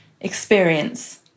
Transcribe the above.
experience